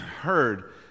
heard